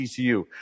TCU